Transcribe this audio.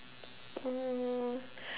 oh